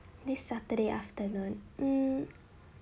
this saturday afternoon mm